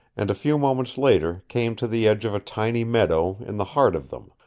and a few moments later came to the edge of a tiny meadow in the heart of them,